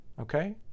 okay